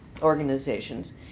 organizations